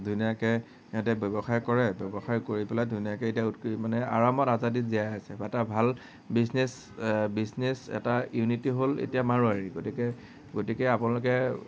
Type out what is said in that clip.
ধুনীয়াকৈ সিহঁতে ব্যৱসায় কৰে ব্যৱসায় কৰি পেলাই ধুনীয়াকৈ এতিয়া মানে আৰামত আজাদিত জীয়াই আছে এটা ভাল বিজনেছ বিজনেচ এটা ইউনিটি হ'ল এতিয়া মাৰোৱাৰী গতিকে গতিকে আপোনালোকে